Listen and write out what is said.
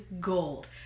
gold